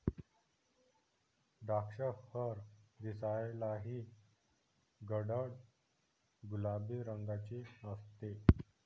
द्राक्षफळ दिसायलाही गडद गुलाबी रंगाचे असते